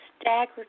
staggered